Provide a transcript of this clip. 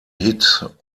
hit